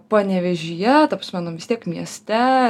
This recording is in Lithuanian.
panevėžyje ta prasme nu vis tiek mieste